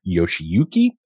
Yoshiyuki